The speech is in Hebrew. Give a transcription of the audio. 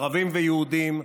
ערבים ויהודים,